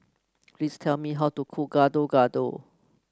please tell me how to cook Gado Gado